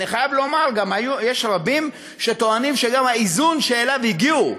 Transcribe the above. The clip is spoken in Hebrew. אני חייב לומר גם שיש רבים שטוענים שגם האיזון שאליו הגיעו,